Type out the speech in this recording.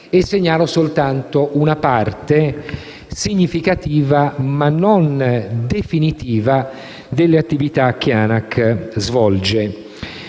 E segnalo soltanto una parte significativa, ma non definitiva, delle attività che l'ANAC svolge.